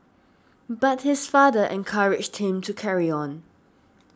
but his father encouraged him to carry on